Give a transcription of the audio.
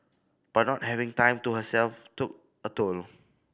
but not having time to herself took a toll